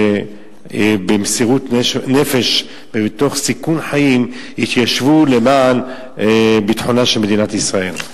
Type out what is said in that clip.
שבמסירות נפש ומתוך סיכון חיים התיישבו למען ביטחונה של מדינת ישראל.